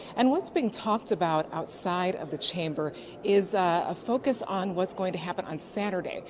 and what is being talked about outside of the chamber is a focus on what is going to happen on saturday,